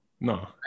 no